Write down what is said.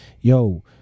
yo